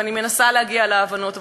ואני מנסה להגיע להבנות,